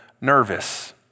nervous